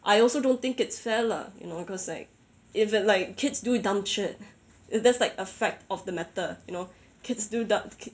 I also don't think it's fair lah you know cause like if like kids do dumb shit it's just like a fact of the matter you know kids do dumb